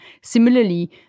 Similarly